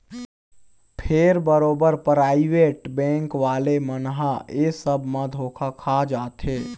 फेर बरोबर private bank वाले मन ह ऐ सब म धोखा खा जाथे